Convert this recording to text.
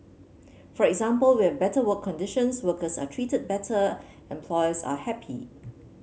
for example we have better work conditions workers are treated better employers are happy